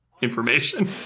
information